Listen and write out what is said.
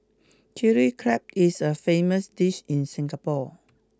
chilli crab is a famous dish in Singapore